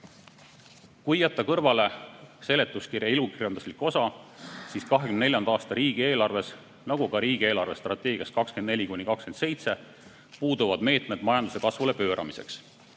jätta kõrvale seletuskirja ilukirjanduslik osa, siis 2024. aasta riigieelarves nagu ka riigi eelarvestrateegias 2024–2027 puuduvad meetmed majanduse kasvule pööramiseks.